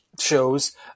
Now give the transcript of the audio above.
shows